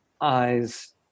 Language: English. eyes